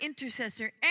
intercessor